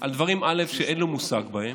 על דברים שאין לו מושג בהם,